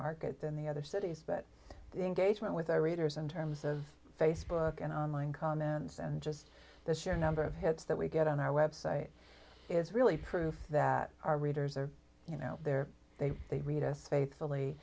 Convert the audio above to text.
market than the other cities but the engagement with a reader's in terms of facebook and online comments and just the sheer number of hits that we get on our website is really proof that our readers are you know they're they they read us faithfully